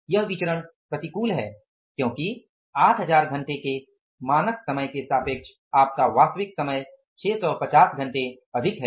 यह विचरण प्रतिकूल है क्योंकि 8000 घंटे के मानक समय के सापेक्ष आपका वास्तविक समय 650 घंटे अधिक है